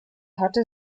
hatte